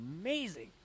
amazing